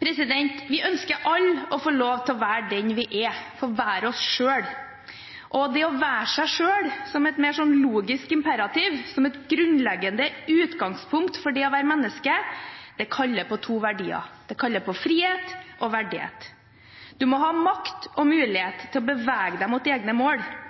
Vi ønsker alle å få lov til å være den vi er – få være oss selv. Det å være seg selv – som et logisk imperativ, som et grunnleggende utgangspunkt for det å være menneske – kaller på to verdier. Det kaller på frihet og verdighet. Du må ha makt og mulighet til å bevege deg mot egne mål